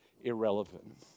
irrelevant